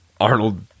Arnold